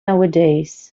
nowadays